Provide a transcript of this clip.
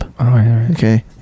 Okay